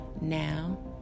Now